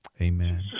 Amen